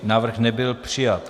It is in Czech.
Návrh nebyl přijat.